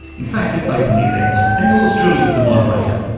in fact it opened the event and yours truly was the moderator.